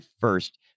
first